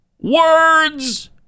words